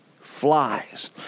flies